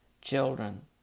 children